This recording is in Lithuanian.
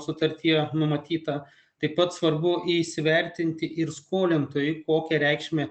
sutartyje numatyta taip pat svarbu įsivertinti ir skolintojui kokią reikšmę